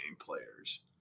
players